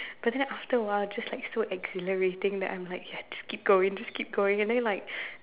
but then after a while it's just like so exhilarating that I'm like ya just keep going just keep going and then like